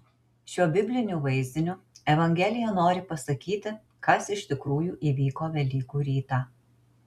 šiuo bibliniu vaizdiniu evangelija nori pasakyti kas iš tikrųjų įvyko velykų rytą